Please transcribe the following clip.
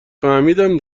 فهمیدم